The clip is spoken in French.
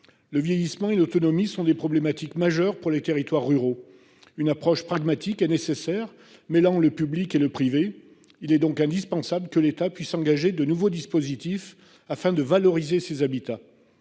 Le vieillissement et l'autonomie sont des problématiques majeures pour les territoires ruraux. Il est nécessaire d'opter pour une approche pragmatique, mêlant le public et le privé : il est donc indispensable que l'État puisse envisager de nouveaux dispositifs afin de valoriser ces habitats.